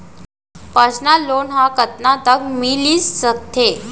Personal loan ह कतका तक मिलिस सकथे?